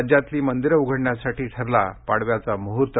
राज्यातली मंदिरं उघडण्यासाठी ठरला पाडव्याचा मुहूर्त